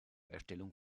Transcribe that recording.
erstellung